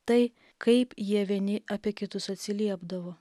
tai kaip jie vieni apie kitus atsiliepdavo